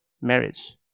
marriage